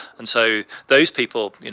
and so those people, you know,